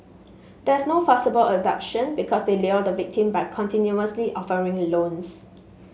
there's no forcible abduction because they lure the victim by continuously offering loans